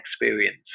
experience